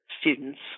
students